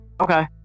Okay